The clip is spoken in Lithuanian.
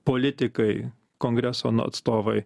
politikai kongreso atstovai